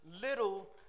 little